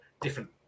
different